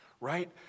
right